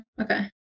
Okay